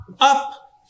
up